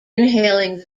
inhaling